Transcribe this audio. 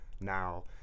now